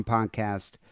Podcast